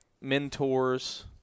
mentors